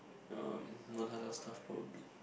um non halal stuff probably